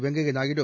Venkaiah Naidu